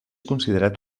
considerat